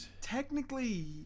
Technically